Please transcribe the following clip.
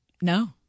No